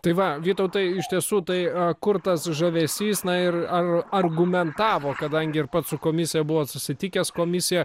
tai va vytautai iš tiesų tai kur tas žavesys na ir ar argumentavo kadangi ir pats su komisija buvot susitikęs komisija